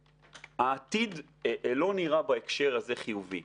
שהעתיד לא נראה בהקשר הזה חיובי.